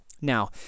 Now